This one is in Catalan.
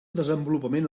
desenvolupament